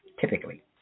typically